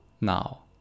now